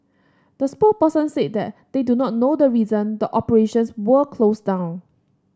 the spokesperson said that they do not know the reason the operations were closed down